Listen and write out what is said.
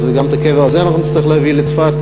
אז גם את הקבר הזה אנחנו נצטרך להביא לצפת?